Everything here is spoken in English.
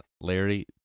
larry